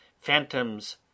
phantoms